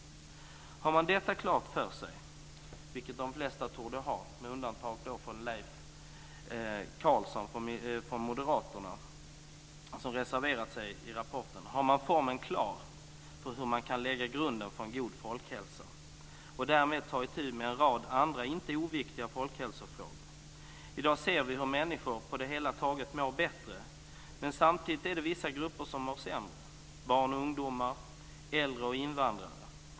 Om man har detta klart för sig - vilket de flesta torde ha med undantag för Leif Carlson från Moderaterna som har reserverat sig i rapporten - har man formeln för hur man kan lägga grunden för en god folkhälsa och därmed ta itu med en rad andra inte oviktiga folkhälsofrågor. I dag ser vi hur människor på det hela taget mår bättre, men samtidigt är det vissa grupper som mår sämre - barn och ungdomar, äldre och invandrare.